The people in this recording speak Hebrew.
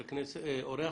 הורים,